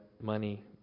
money